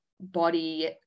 body